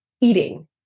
eating